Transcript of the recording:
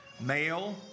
male